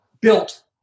built